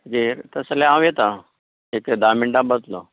म्हणजे तशे जाल्यार हांव येता एक धा मिनटान पावतलो